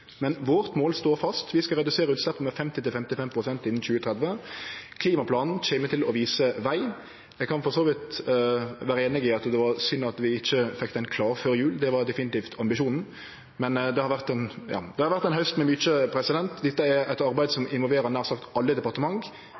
Men målet vårt står fast: Vi skal redusere utsleppa med 50–55 pst. innan 2030. Klimaplanen kjem til å vise veg. Eg kan for så vidt vere einig i at det var synd at vi ikkje fekk han klar før jul. Det var definitivt ambisjonen, men det har vore ein haust med mykje, og dette er eit arbeid som involverer nær sagt alle departement.